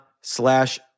slash